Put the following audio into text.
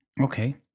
Okay